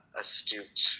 astute